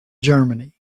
germany